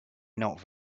not